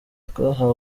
twahawe